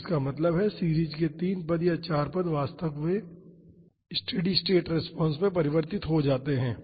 तो इसका मतलब है सीरीज के तीन पद या चार पद वास्तविक स्टेडी स्टेट रिस्पांस में परिवर्तित हो जाते हैं